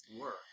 work